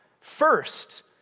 first